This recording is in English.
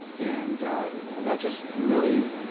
and that just really